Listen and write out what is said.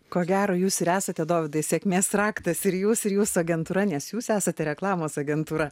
ko gero jūs ir esate dovydai sėkmės raktas ir jūs ir jūsų agentūra nes jūs esate reklamos agentūra